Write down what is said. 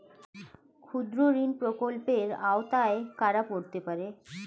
ক্ষুদ্রঋণ প্রকল্পের আওতায় কারা পড়তে পারে?